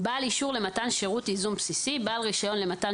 ""בעל אישור למתן שירות ייזום בסיסי" בעל רישיון למתן